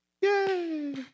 Yay